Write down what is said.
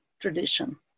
tradition